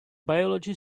biology